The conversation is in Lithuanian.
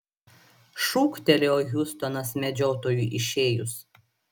šūktelėjo hiustonas medžiotojui išėjus